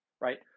right